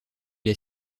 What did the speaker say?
est